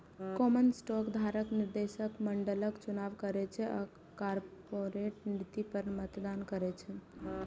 common stock धारक निदेशक मंडलक चुनाव करै छै आ कॉरपोरेट नीति पर मतदान करै छै